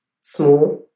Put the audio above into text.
small